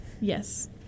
Yes